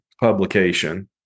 publication